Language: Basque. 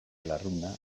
lurruna